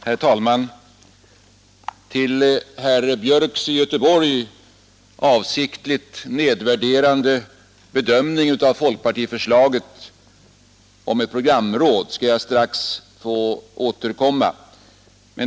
Herr talman! Till herr Björks i Göteborg avsiktligt nedvärderande bedömning av folkpartiförslaget om ett programråd skall jag strax återkomma.